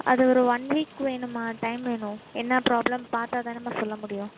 அது ஒரு one week வேணும்மா டைம் வேணும் என்ன ப்ராப்ளம் பார்த்தா தானேம்மா சொல்ல முடியும்